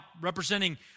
representing